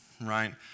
right